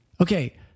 Okay